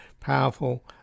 powerful